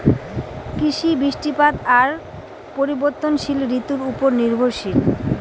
কৃষি, বৃষ্টিপাত আর পরিবর্তনশীল ঋতুর উপর নির্ভরশীল